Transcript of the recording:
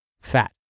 fat